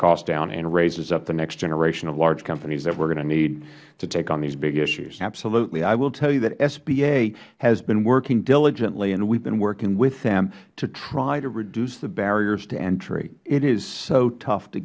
cost down and raises up the next generation of large companies that we are going to need to take on these big issues mister gordon absolutely i will tell you that sba has been working diligently and we have been working with them to try to reduce the barriers to entry it is so tough to